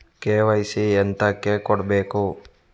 KYC ಎಂತಕೆ ಕೊಡ್ಬೇಕು?